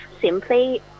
simply